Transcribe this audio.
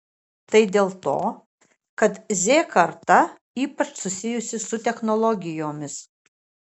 tai dėl to kad z karta ypač susijusi su technologijomis